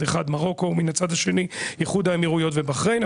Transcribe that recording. אחד מרוקו ומן הצד השני איחוד האמירויות ובחריין,